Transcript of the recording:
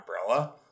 umbrella